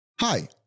Hi